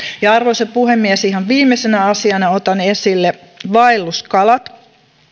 arvoisa puhemies ihan viimeisenä asiana otan esille vaelluskalat on